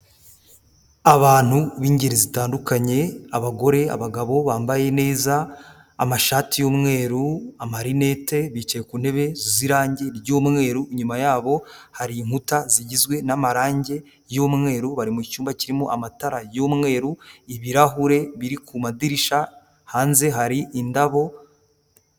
Abantu b'ingeri zitandukanye, abagore, abagabo bambaye neza, amashati y'umweru amarinete, bicaye ku ntebe z'irangi ry'umweru, inyuma yabo hari inkuta zigizwe n'amarangi y'umweru, bari mu cyumba kirimo amatara y'umweru, ibirahure biri ku madirishya, hanze hari indabo.